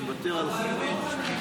אני מוותר על הנימוק.